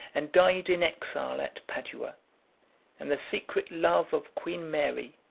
and died in exile at padua and the secret love of queen mary,